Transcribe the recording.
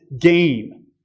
gain